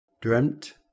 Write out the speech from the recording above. dreamt